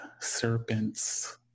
serpents